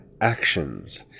actions